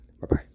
Bye-bye